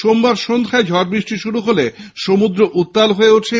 সোমবার সন্ধ্যায় ঝড়বৃষ্টি শুরু হলে সমুদ্র উত্তাল হয়ে ওঠে